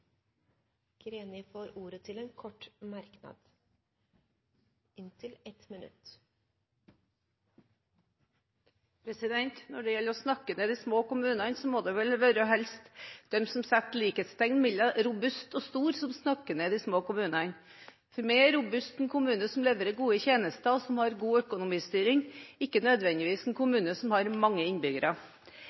får ordet til en kort merknad på inntil 1 minutt. Når det gjelder å snakke ned de små kommunene, må det vel helst være de som setter likhetstegn mellom robust og stor som snakker ned de små kommunene. For meg er en robust kommune en kommune som leverer gode tjenester, og som har god økonomistyring – ikke nødvendigvis en kommune som har mange innbyggere.